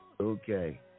Okay